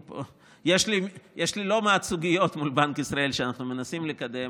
יש לי לא מעט סוגיות מול בנק ישראל שאנחנו מנסים לקדם.